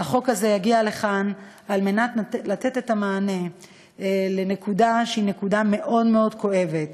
החוק הזה יגיע לכאן על מנת לתת את המענה בנקודה מאוד מאוד כואבת